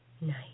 Nice